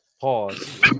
Pause